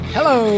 Hello